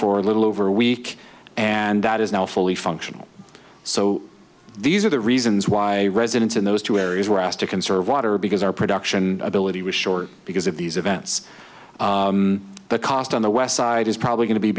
for a little over a week and that is now fully functional so these are the reasons why residents in those two areas were asked to conserve water because our production ability was short because of these events the cost on the west side is probably going to be